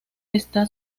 está